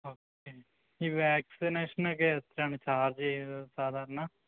okay ഈ വാക്ക്സിനേഷനൊക്കെ എത്രയാണ് ചാർജെയ്യുന്നത് സാധാരണ